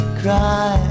cry